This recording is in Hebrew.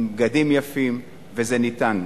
עם בגדים יפים, וזה ניתן.